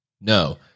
No